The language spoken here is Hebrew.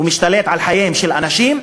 הוא משתלט על חייהם של אנשים,